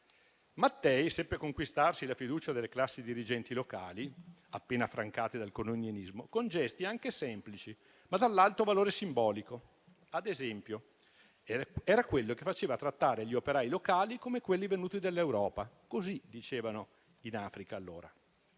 Mattei seppe conquistarsi la fiducia delle classi dirigenti locali, appena affrancate dal colonialismo, con gesti anche semplici, ma dall'alto valore simbolico. Ad esempio, era quello che faceva trattare gli operai locali come quelli venuti dall'Europa; così dicevano in Africa allora.